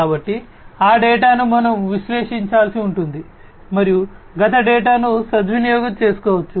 కాబట్టి ఆ డేటాను మనం విశ్లేషించాల్సి ఉంటుంది మరియు గత డేటాను సద్వినియోగం చేసుకోవచ్చు